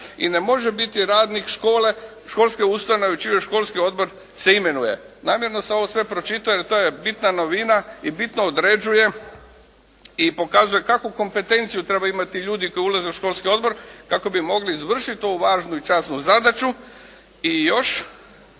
i ne može biti radnik školske ustanove u čijoj školski odbor se imenuje. Namjerno sam ovo sve pročitao jer to je bitna novina i bitno određuje i pokazuje kakvu kompetenciju trebaju imati ljudi koji ulaze u školski odbor kako bi mogli izvršiti ovu važnu i časnu zadaću. I još,